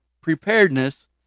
preparedness